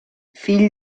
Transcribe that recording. fill